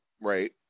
Right